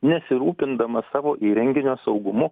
nesirūpindamas savo įrenginio saugumu